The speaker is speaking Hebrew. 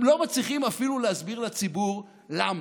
הם לא מצליחים אפילו להסביר לציבור למה.